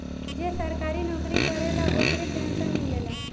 जे सरकारी नौकरी करेला ओकरा पेंशन मिलेला